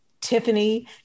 Tiffany